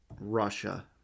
russia